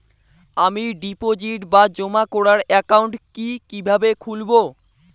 আমি ডিপোজিট বা জমা করার একাউন্ট কি কিভাবে খুলবো?